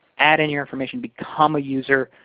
add in your information. become a user.